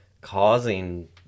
causing